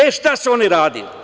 E, šta su oni radili?